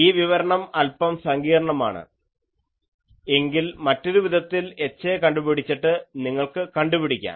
ഈ വിവരണം അല്പം സങ്കീർണമാണ് എങ്കിൽ മറ്റൊരു വിധത്തിൽ HAകണ്ടുപിടിച്ചിട്ട് നിങ്ങൾക്ക് കണ്ടുപിടിക്കാം